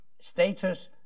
status